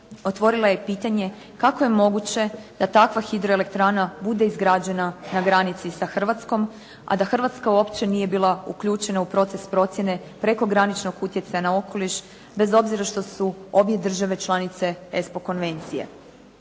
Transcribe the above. otvorila je pitanje kako je moguće da takva hidroelektrana bude izgrađena na granici sa Hrvatskom, a da Hrvatska uopće nije bila uključena u proces procjene prekograničnog utjecaja na okoliš, bez obzira što su obje države članice ESPO konvencije.